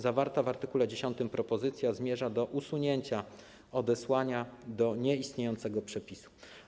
Zawarta w art. 10 propozycja zmierza do usunięcia odesłania do nieistniejącego przepisu.